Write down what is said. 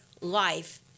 life